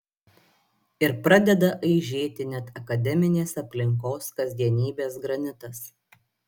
ir pradeda aižėti net akademinės aplinkos kasdienybės granitas